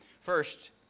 First